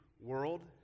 world